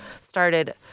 started